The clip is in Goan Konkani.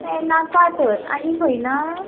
हें नाका थंय आनीक खंय ना